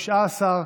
19,